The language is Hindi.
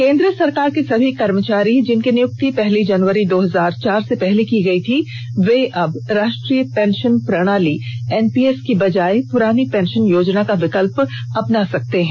केंद्र सरकार के सभी कर्मचारी जिनकी नियुक्ति पहली जनवरी दो हजार चार से पहले की गई थी वे अब राष्ट्रीय पेंशन प्रणाली एनपीएस की बजाय पुरानी पेंशन योजना का विकल्प अपना सकते हैं